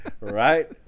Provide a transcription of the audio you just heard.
Right